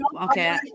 okay